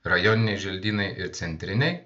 rajoniniai želdynai ir centriniai